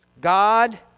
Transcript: God